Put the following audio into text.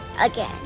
again